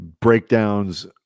breakdowns